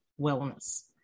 wellness